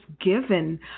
given